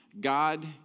God